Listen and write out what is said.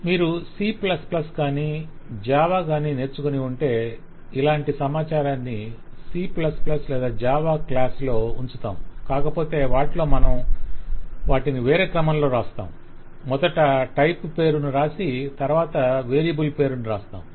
మీరు C కాని Java కాని నేర్చుకుని ఉంటే ఇలాంటి సమాచారాన్ని C లేదా జావా క్లాస్లో ఉంచుతాము కాకపోతే వాటిలో మనం వాటిని వేరే క్రమంలో వ్రాస్తాము మొదట టైప్ పేరును వ్రాసి తరువాత వేరియబుల్ పేరును వ్రాస్తాము